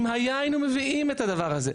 אם היה, היינו מביאים את הדבר הזה.